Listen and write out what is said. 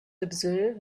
observe